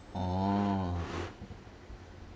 oh